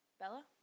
Bella